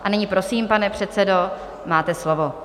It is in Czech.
A nyní prosím, pane předsedo, máte slovo.